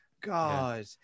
God